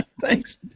Thanks